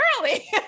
early